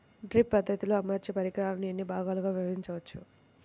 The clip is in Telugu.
డ్రిప్ పద్ధతిలో అమర్చే పరికరాలను ఎన్ని భాగాలుగా విభజించవచ్చు?